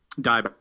die